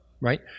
right